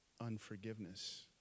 unforgiveness